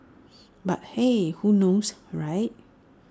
but hey who knows right